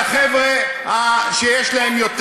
של החבר'ה שיש להם יותר.